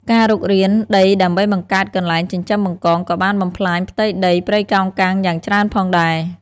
ការរុករានដីដើម្បីបង្កើតកន្លែងចិញ្ចឹមបង្កងក៏បានបំផ្លាញផ្ទៃដីព្រៃកោងកាងយ៉ាងច្រើនផងដែរ។